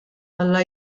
alla